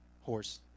Horse